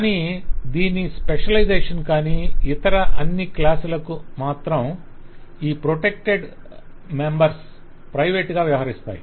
కానీ దీని స్పెషలైజేషన్ కానీ ఇతర అన్ని క్లాస్ లకు మాత్రం ఈ ప్రొటెక్టెడ్ మెంబర్స్ ప్రైవేట్ గా వ్యవహరిస్తాయి